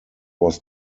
was